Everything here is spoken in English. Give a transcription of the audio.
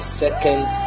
second